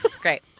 great